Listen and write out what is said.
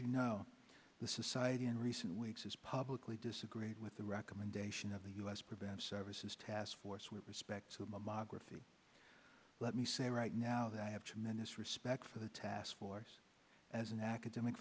you know the society in recent weeks has publicly disagreed with the recommendation of the u s preventive services task force with respect to mammography let me say right now that i have tremendous respect for the task force as an academic